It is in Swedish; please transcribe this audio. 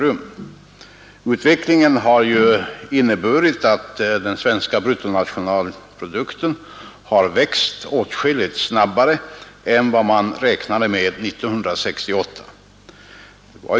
Utvecklingen har ju inneburit att den svenska bruttonationalprodukten har växt åtskilligt snabbare än vad man räknade med 1968.